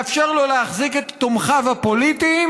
לאפשר לו להחזיק את תומכיו הפוליטיים